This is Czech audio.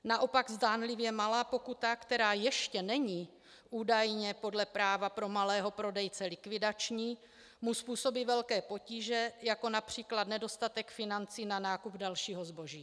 Naopak zdánlivě malá pokuta, která ještě není údajně podle práva pro malého prodejce likvidační, mu způsobí velké potíže, jako například nedostatek financí na nákup dalšího zboží.